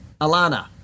Alana